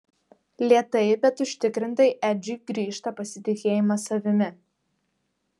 lėtai bet užtikrintai edžiui grįžta pasitikėjimas savimi